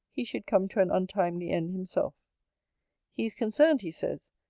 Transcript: he should come to an untimely end himself he is concerned, he says,